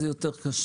זה יותר קשה.